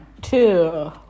two